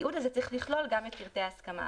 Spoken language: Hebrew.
התיעוד צריך לכלול את פרטי ההסכמה,